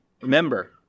Remember